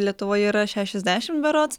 lietuvoj yra šešiasdešim berods